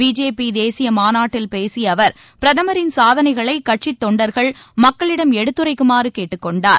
BJP தேசிய மாநாட்டில் பேசிய அவர் பிரதமரின் சாதனைகளை கட்சித் தொண்டர்கள் மக்களிடம் எடுத்துரைக்குமாறு கேட்டுக் கொண்டார்